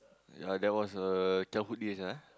ya that was uh childhood days ah